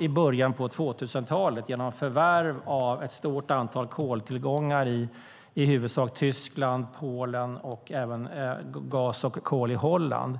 i början av 2000-talet genom förvärv av ett stort antal koltillgångar i huvudsakligen Tyskland och Polen och även av gas och kol i Holland.